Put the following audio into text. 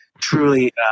Truly